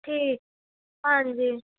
ਠੀਕ ਹਾਂਜੀ